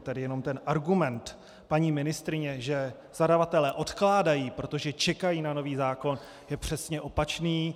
Tedy ten argument paní ministryně, že zadavatelé odkládají, protože čekají na nový zákon, je přesně opačný.